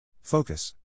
Focus